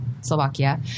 Slovakia